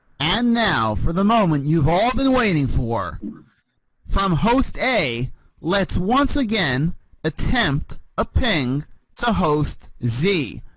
and now for the moment you've all been waiting for from host a let's once again attempt a paying to host z,